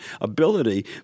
ability